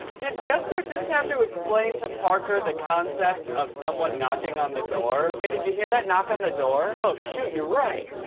chester just have to explain to parker the concept of someone knocking on the door? hey, did you hear that knock on the door? oh shoot, you're right.